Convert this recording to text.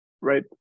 right